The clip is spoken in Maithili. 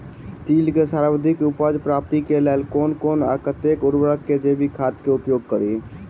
तिल केँ सर्वाधिक उपज प्राप्ति केँ लेल केँ कुन आ कतेक उर्वरक वा जैविक खाद केँ उपयोग करि?